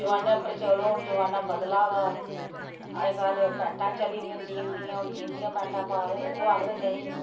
जमानै पर चलो हू'न जमाना बदला दा अज्जकल पैंटां चली दियां जिंदियां ओह् जिंदियां पैंटां पादे ओह् आक्खदे नेईं